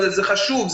זה חשוב,